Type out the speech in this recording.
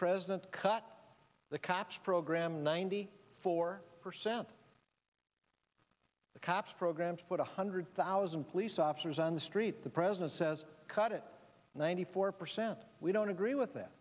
president cut the cops program ninety four percent the cops program to put one hundred thousand police officers on the street the president says cut it ninety four percent we don't agree with that